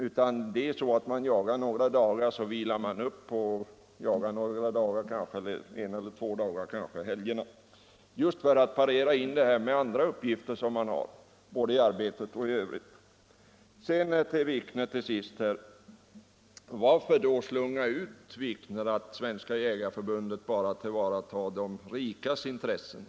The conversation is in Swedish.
Utan man jagar några dagar, sedan vilar man upp och jagar en eller två dagar igen och kanske helgerna, just för att passa in detta bland andra uppgifter man har både i arbetet och i övrigt. Varför slunga ut, herr Wikner, att Svenska jägareförbundet bara tillvaratar de rikas intressen?